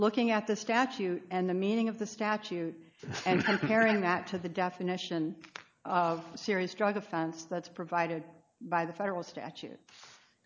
looking at the statute and the meaning of the statute and comparing that to the definition of serious drug offense that's provided by the federal statute